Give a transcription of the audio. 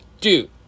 Dude